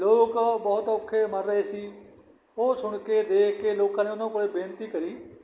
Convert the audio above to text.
ਲੋਕ ਬਹੁਤ ਔਖੇ ਮਰ ਰਹੇ ਸੀ ਉਹ ਸੁਣ ਕੇ ਦੇਖ ਕੇ ਲੋਕਾਂ ਨੇ ਉਹਨਾਂ ਕੋਲ ਬੇਨਤੀ ਕਰੀ